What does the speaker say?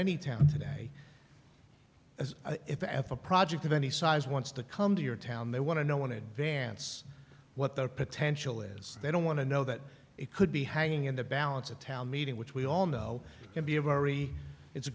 any town today as if the f a project of any size wants to come to your town they want to know want to advance what their potential is they don't want to know that it could be hanging in the balance of town meeting which we all know can be a very it's a